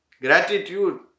gratitude